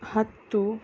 ಹತ್ತು